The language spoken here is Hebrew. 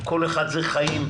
כל אחד זה חיים.